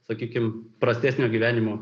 sakykim prastesnio gyvenimo